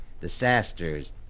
disasters